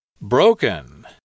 broken